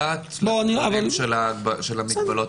היה איזה רציונל לא לפגוע בעסקים הקטנים.